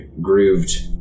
grooved